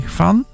van